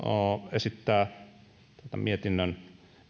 esittää tämän mietinnön